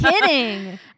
kidding